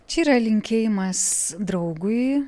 čia yra linkėjimas draugui